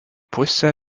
pusė